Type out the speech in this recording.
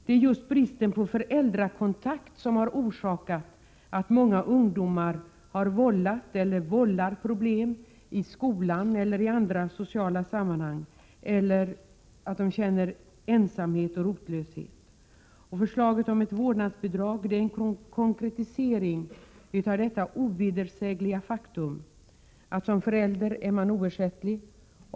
Det är just bristen på föräldrakontakt som har förorsakat att många ungdomar vållar problem i skolan och i andra sociala sammanhang eller att de känner ensamhet och rotlöshet. Förslaget om ett vårdnadsbidrag är en konkretisering av detta ovedersägliga faktum att man som förälder är oersättlig.